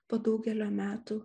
po daugelio metų